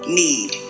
need